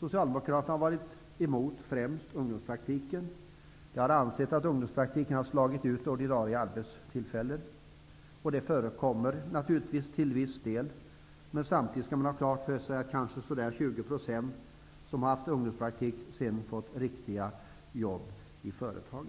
Socialdemokraterna har varit emot främst ungdomspraktiken. De har ansett att ungdomspraktiken har slagit ut ordinarie arbetstillfällen. Det har förekommit till en viss del, men samtidigt skall man ha klart för sig att ca 20 % av dem som har haft ungdomspraktik senare har fått riktiga jobb i företag.